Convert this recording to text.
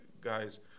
guys